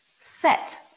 set